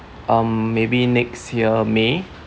um maybe next year may